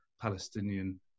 Palestinian